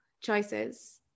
choices